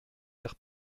vers